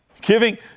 Giving